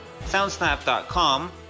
Soundsnap.com